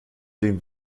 den